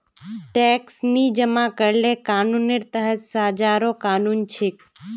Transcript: tax नी जमा करले कानूनेर तहत सजारो कानून छेक